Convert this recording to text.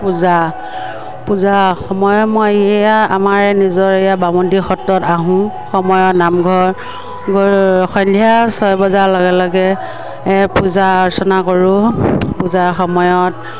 পূজা পূজা সময় মই এয়া আমাৰ নিজৰ এয়া বামুণীআটি সত্ৰত আহোঁ সময়ত নামঘৰত গৈ সন্ধিয়া ছয় বজাৰ লগে লগে পূজা অৰ্চনা কৰোঁ পূজা সময়ত